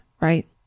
right